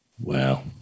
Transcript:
Wow